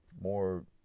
more